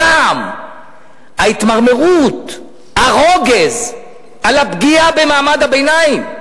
הזעם, ההתמרמרות, הרוגז על הפגיעה במעמד הביניים,